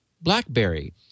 BlackBerry